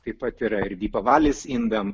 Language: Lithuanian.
taip pat yra ir vipavalis indam